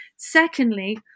secondly